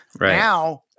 now